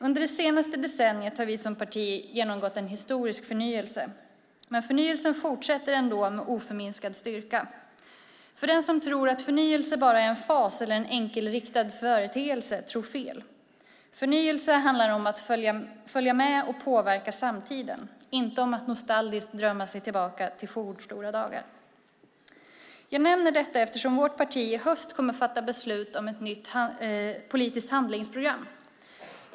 Under det senaste decenniet har vi som parti genomgått en historisk förnyelse, men förnyelsen fortsätter ändå med oförminskad styrka, för den som tror att förnyelse bara är en fas eller en enkelriktad företeelse tror fel. Förnyelse handlar om att följa med och påverka samtiden, inte om att nostalgiskt drömma sig tillbaka till fornstora dagar. Jag nämner detta eftersom vårt parti i höst kommer att fatta beslut om ett nytt politiskt handlingsprogram.